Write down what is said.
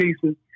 pieces